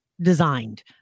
designed